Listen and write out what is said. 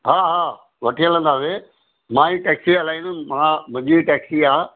हा हा वठी हलंदासीं मां ई टैक्सी हलाईंदुसि मां मुंहिंजी टैक्सी आहे